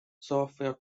software